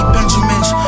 Benjamins